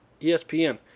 ESPN